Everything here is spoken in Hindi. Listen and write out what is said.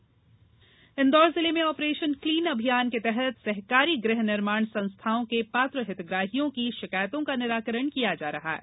जनसुनवाई इन्दौर जिले में ऑपरेशन क्लीन अभियान के तहत सहकारी गृह निर्माण संस्थाओं के पात्र हितग्राहियों की शिकायतों का निराकरण किया जा रहा है